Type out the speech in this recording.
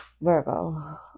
Virgo